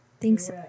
Thanks